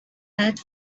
earth